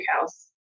house